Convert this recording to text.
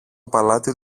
παλάτι